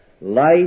life